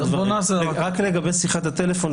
לגבי שיחת הטלפון.